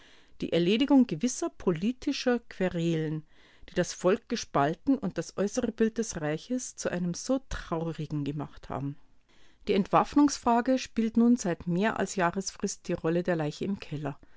die erledigung gewisser politischer querelen die das volk gespalten und das äußere bild des reiches zu einem so traurigen gemacht haben die entwaffnungsfrage spielt nun seit mehr als jahresfrist die rolle der leiche im keller